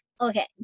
okay